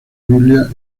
biblia